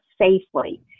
safely